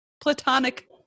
platonic